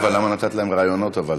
תודה, למה נתת להם רעיונות, אבל?